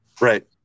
Right